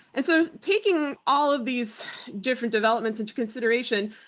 and so, taking all of these different developments into consideration,